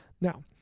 Now